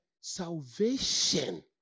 salvation